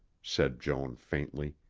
said joan faintly.